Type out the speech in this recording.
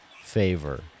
favor